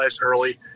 early